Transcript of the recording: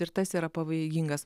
ir tas yra pavojingas